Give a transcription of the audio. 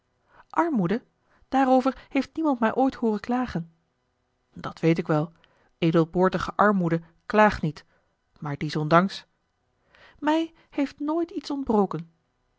armoede daarover heeft niemand mij ooit hooren klagen dat weet ik wel edelboortige armoede klaagt niet maar dies ondanks mij heeft nooit iets